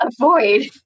avoid